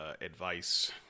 advice